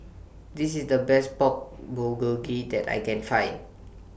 This IS The Best Pork Bulgogi that I Can Find